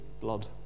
blood